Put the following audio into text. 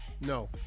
No